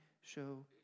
show